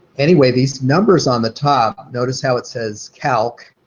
anyway, these numbers on the top, notice how it says calc,